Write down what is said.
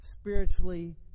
spiritually